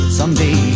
someday